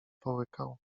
połykał